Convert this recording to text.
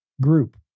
group